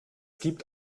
gibt